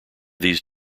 these